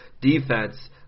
defense